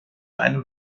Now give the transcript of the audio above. einem